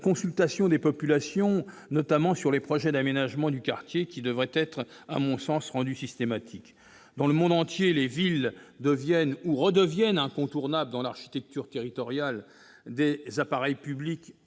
consultation des populations, notamment sur les projets d'aménagement du quartier, pour lesquels elle devrait être systématique. Dans le monde entier, les villes deviennent ou redeviennent incontournables dans l'architecture territoriale des appareils publics